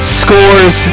scores